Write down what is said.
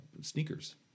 sneakers